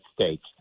States